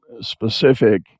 specific